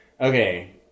okay